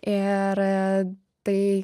ir tai